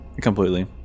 Completely